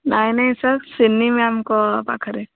ନାଇଁ ନାଇଁ ସାର୍ ସିନି ମ୍ୟାମ୍ଙ୍କ ପାଖରେ